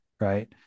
right